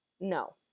No